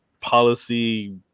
policy